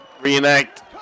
reenact